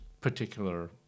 particular